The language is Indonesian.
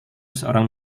seorang